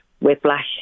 whiplash